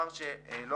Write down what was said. מה שלא נעשה.